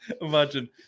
Imagine